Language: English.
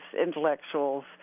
intellectuals